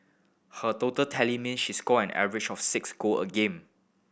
her total tally meant she scored an average of six goal a game